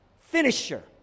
finisher